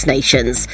Nations